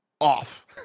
off